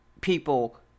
people